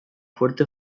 fuerte